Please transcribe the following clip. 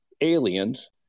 aliens